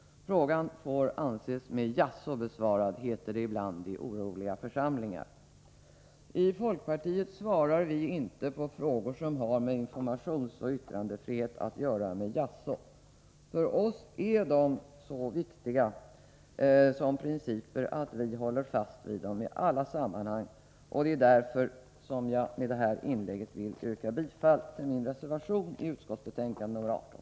Frågan får anses med jaså besvarad, som det ibland heter i oroliga församlingar. I folkpartiet besvarar vi inte frågor som har med informationsoch yttrandefrihet att göra med ett jaså. För oss är de så viktiga som principer att vi håller fast vid dem i alla sammanhang. Det är därför som jag med detta inlägg vill yrka bifall till min reservation i utskottets betänkande nr 18.